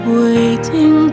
waiting